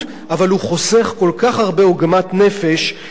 אבל הוא חוסך כל כך הרבה עוגמת נפש לתושבים,